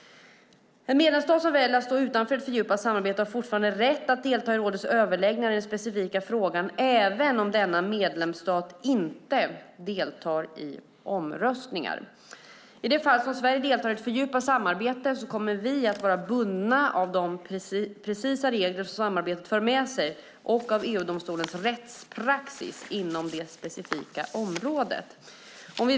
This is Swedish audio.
En medlemsstat som väljer att stå utanför ett fördjupat samarbete har fortfarande rätt att delta i rådets överläggningar i den specifika frågan även om denna medlemsstat inte deltar i omröstningar. I det fall Sverige deltar i ett fördjupat samarbete kommer vi att vara bundna av de precisa regler som samarbetet för med sig och av EU-domstolens rättspraxis inom det specifika området.